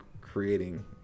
creating